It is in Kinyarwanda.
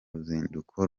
ruzinduko